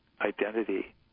identity